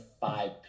five